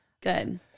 Good